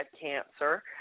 cancer